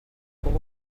pour